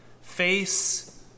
face